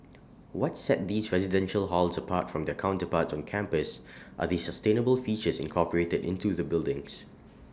what set these residential halls apart from their counterparts on campus are the sustainable features incorporated into the buildings